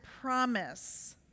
promise